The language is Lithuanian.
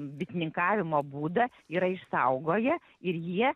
bitininkavimo būdą yra išsaugoję ir jie